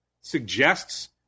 suggests